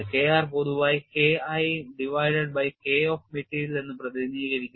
K r പൊതുവായി K I divided by K of material എന്ന് പ്രതിനിധീകരിക്കുന്നു